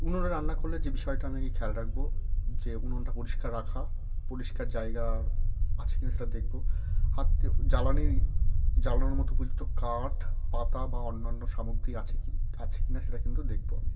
উনুনে রান্না করলে যে বিষয়টা আমি আগে খেয়াল রাখব যে উনুনটা পরিষ্কার রাখা পরিষ্কার জায়গা আছে কি না সেটা দেখব হাতে জ্বালানি জ্বালানোর মতো উপযুক্ত কাঠ পাতা বা অন্যান্য সামগ্রী আছে কি আছে কি না সেটা কিন্তু দেখব আমি